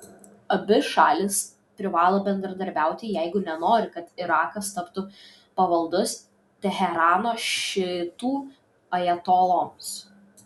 abi šalys privalo bendradarbiauti jeigu nenori kad irakas taptų pavaldus teherano šiitų ajatoloms